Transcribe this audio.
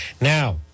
Now